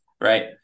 Right